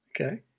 okay